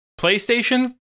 PlayStation